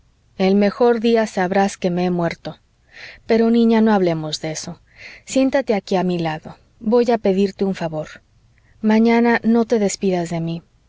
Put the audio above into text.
el mejor día sabrás que me he muerto pero niña no hablemos de eso siéntate aquí a mi lado voy a pedirte un favor mañana no te despidas de mí